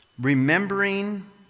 Remembering